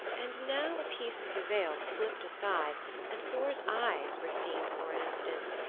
and now a piece of the veil slipped aside and thor's eyes were seen for an instant.